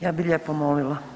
Ja bi lijepo molila.